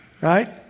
right